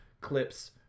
clips